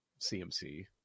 CMC